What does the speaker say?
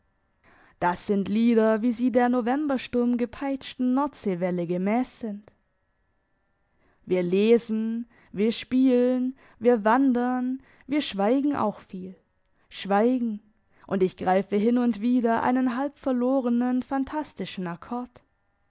das sind lieder wie sie der novembersturmgepeitschten nordseewelle gemäss sind wir lesen wir spielen wir wandern wir schweigen auch viel schweigen und ich greife hin und wieder einen halbverlorenen phantastischen akkord